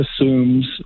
assumes